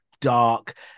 dark